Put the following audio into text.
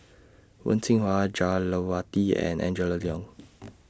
Wen Jinhua Jah Lelawati and Angela Liong